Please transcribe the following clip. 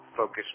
Focus